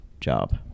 job